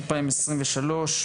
2023,